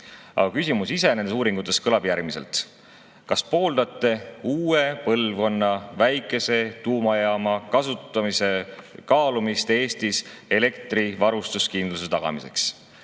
Aga küsimus ise nendes uuringutes kõlab järgmiselt: "Kas pooldate uue põlvkonna väikese tuumajaama kasutamise kaalumist Eestis elektrivarustuskindluse tagamiseks?"